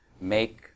make